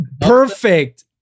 perfect